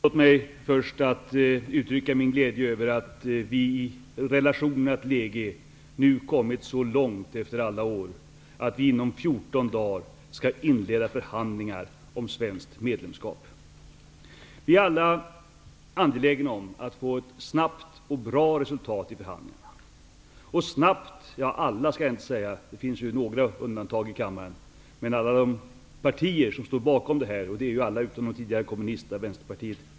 Herr talman! Tillåt mig först uttrycka min glädje över att vi i relationerna till EG nu, efter alla år, har kommit så långt att vi inom 14 dagar skall inleda förhandlingar om svenskt medlemskap. Vi är alla angelägna om att få ett snabbt och bra resultat i förhandlingarna. Jag skall inte säga ''alla''; det finns ju några undantag i kammaren. Men de partier som står bakom det här är alla utom de tidigare kommunisterna, Vänsterpartiet.